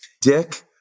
Dick